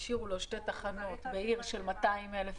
השאירו לו שתי תחנות בעיר של 200,000 איש.